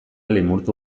limurtu